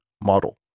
model